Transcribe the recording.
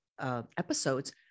Episodes